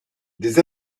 des